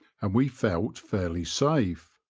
and we felt fairly safe.